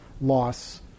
loss